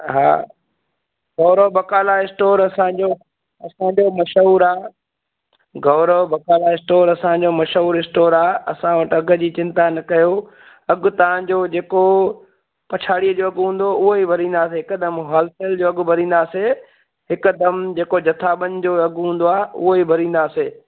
हा गौरव बकाला स्टोर असांजो असांजो मशहूरु आहे गौरव बकाला स्टोर असांजो मशहूरु स्टोर आहे असां वटि अघि जी चिंता न कयो अघि तव्हांजो जेको पछाड़ीअ जो अघि हूंदो उहोई वरींदासीं हिकदमि होलसेल जो अघि वरींदासीं हिकदमि जेको जथाबंदि जो अघि हूंदो आहे उहोई वरींदासीं